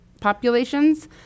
populations